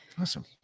Awesome